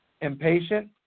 impatient